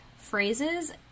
phrases